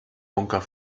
bunker